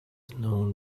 known